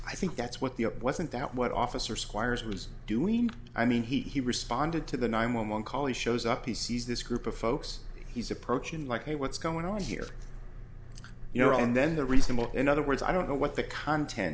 i think that's what the it wasn't that what officer squires was doing i mean he responded to the nine one one call he shows up he sees this group of folks he's approaching like hey what's going on here you know and then the reasonable in other words i don't know what the content